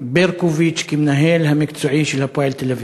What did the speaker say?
ברקוביץ למנהל המקצועי של "הפועל תל-אביב".